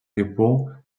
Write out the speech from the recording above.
répond